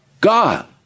God